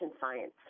science